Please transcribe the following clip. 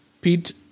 Pete